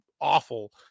awful